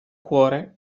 cuore